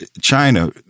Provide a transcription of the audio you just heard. China